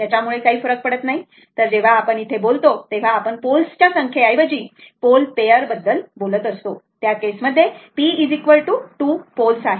याच्यामुळे काही फरक पडत नाही तर जेव्हा आपण इथे बोलतो तेव्हा आपण पोल्सच्या संख्येऐवजी पोलच्या पेअर बद्दल बोलतो तर त्या केस मध्ये ते p 2 पोल आहेत